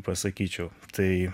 pasakyčiau tai